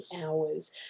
hours